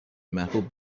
محبوب